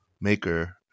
maker